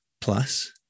plus